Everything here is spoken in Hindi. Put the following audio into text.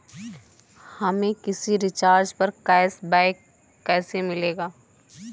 हमें किसी रिचार्ज पर कैशबैक कैसे मिलेगा?